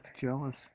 jealous